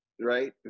right